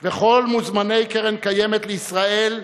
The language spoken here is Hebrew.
וכל מוזמני קרן קיימת לישראל,